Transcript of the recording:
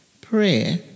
prayer